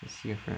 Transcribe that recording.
I see if I